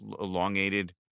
elongated